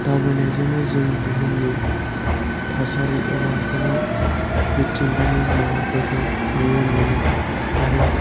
दावबायनायजोंनो जों बुहुमनि थासारि एबा गोबां मिथिंगानि महरफोरखौ नुनो मोनो आरो